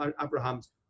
Abraham's